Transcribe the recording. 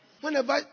Whenever